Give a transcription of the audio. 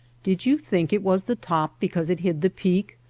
did you think it was the top because it hid the peak?